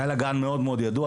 היה לה גן מאוד מאוד ידוע,